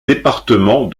département